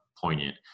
poignant